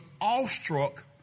awestruck